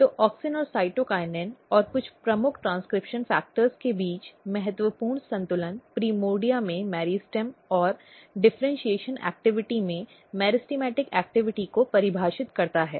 तो ऑक्सिन और साइटोकिनिन और कुछ प्रमुख ट्रांसक्रिप्शन फैक्टर के बीच महत्वपूर्ण संतुलन प्राइमर्डिया में मेरिस्टेम और डिफ़र्इन्शीएशन गतिविधि में मेरिस्टेमेटिक गतिविधि को परिभाषित करता है